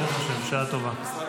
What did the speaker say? ברוך השם, בשעה טובה.